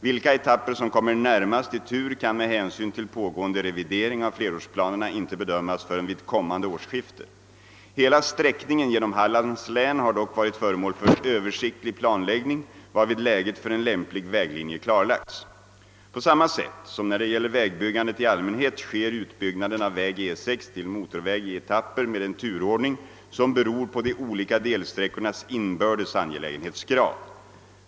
Vilka etapper som kommer närmast i tur kan med hänsyn till pågående revidering av flerårsplanerna inte bedömas förrän vid kommande årsskifte. Hela sträckningen genom Hallands län har dock varit föremål för översiktlig planläggning varvid läget för en lämplig väglinje klarlagts. På samma sätt som när det gäller vägbyggandet i allmänhet sker utbyggnaden av väg E 6 till motorväg i etapper med en turordning som beror på de olika delsträckornas inbördes angelägenhetsgrad.